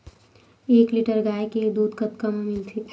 एक लीटर गाय के दुध कतका म मिलथे?